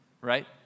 right